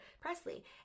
Presley